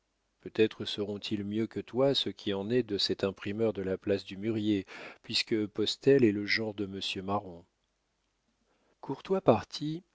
peut-être sauront ils mieux que toi ce qui en est de cet imprimeur de la place du mûrier puisque postel est le gendre de monsieur marron courtois parti